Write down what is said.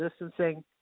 distancing